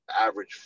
average